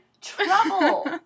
trouble